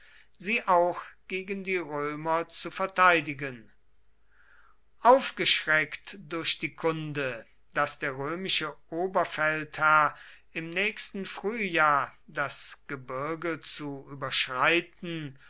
sie auch gegen die römer zu verteidigen aufgeschreckt durch die kunde daß der römische oberfeldherr im nächsten frühjahr das gebirge zu überschreiten